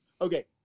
Okay